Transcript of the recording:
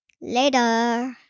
Later